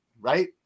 right